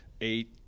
eight